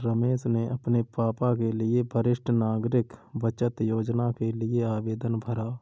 रमेश ने अपने पापा के लिए वरिष्ठ नागरिक बचत योजना के लिए आवेदन भरा